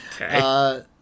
Okay